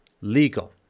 legal